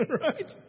right